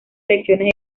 lecciones